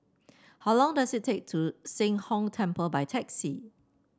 how long does it take to Sheng Hong Temple by taxi